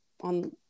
on